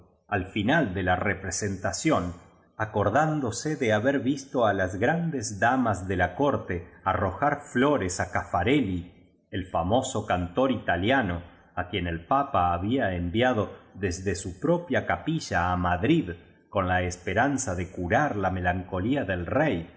al final de la representación acordándose de haber visto á las grandes damas de la corte arrojar flores a caffarelli el famoso cantor italiano á quien el papa había enviado desde su propia capilla á madrid con la esperanza de curar la melancolía del rey